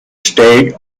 state